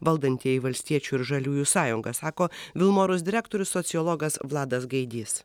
valdantieji valstiečių ir žaliųjų sąjunga sako vilmorus direktorius sociologas vladas gaidys